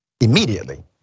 immediately